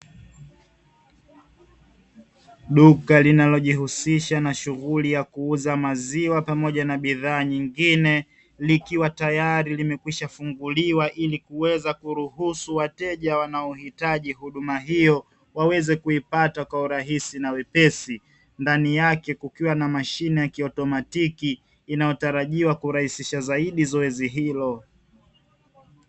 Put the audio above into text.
Duka linalojihusisha na shughuli ya kuuza maziwa pamoja na bidhaa nyingine likiwa tayari limekwisha funguliwa ili kuweza kuruhusu wateja wanaohitaji huduma hiyo waweze kuipata kwa urahisi na wepesi, ndani yake kukiwa na mashine ya kiautomatiki inayotarajiwa kurahisisha zaidi zoezi hilo.